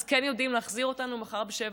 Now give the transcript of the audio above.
אז כן יודעים להחזיר אותנו מחר ב-07:00?